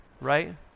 right